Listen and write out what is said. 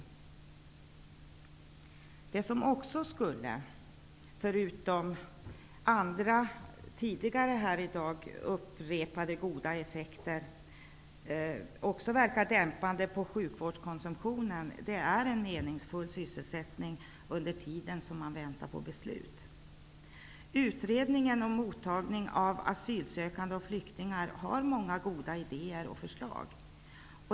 Något som också -- utöver tidigare här i dag nämnda åtgärder -- skulle verka dämpande på sjukvårdskonsumtionen är en meningsfull sysselsättning medan man väntar på beslut. Utredningen om mottagning av asylsökande och flyktingar har många goda idéer och förslag.